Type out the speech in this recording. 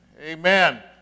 amen